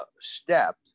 step